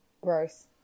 Gross